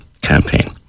campaign